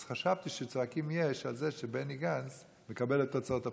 אז חשבתי שצועקים "יש" על זה שבני גנץ מקבל את תוצאות הבחירות.